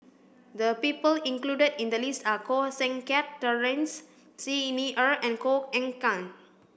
the people included in the list are Koh Seng Kiat Terence Xi Ni Er and Koh Eng Kian